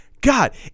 God